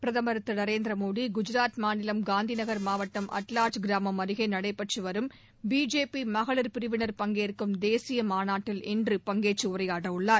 பிரதம் திரு நரேந்திர மோடி குஜராத் மாநிலம் காந்தி நகர் மாவட்டம் அடவாஜ் கிராமம் அருகே நடைபெற்று வரும் பிஜேபி மகளிர் பிரிவினர் பங்கேற்கும் தேசிய மாநாட்டில் இன்று பங்கேற்று உரையாடவுள்ளார்